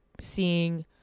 seeing